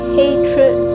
hatred